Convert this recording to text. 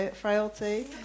frailty